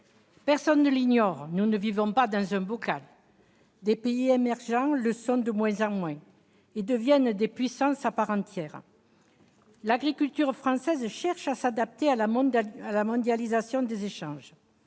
Personne ne l'ignore : nous ne vivons pas dans un bocal. Des pays émergents le sont de moins en moins et deviennent des puissances à part entière. L'agriculture française cherche à s'adapter à la mondialisation des échanges,